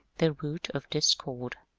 the root of discord.